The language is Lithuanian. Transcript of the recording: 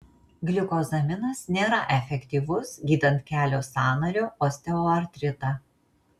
gliukozaminas nėra efektyvus gydant kelio sąnario osteoartritą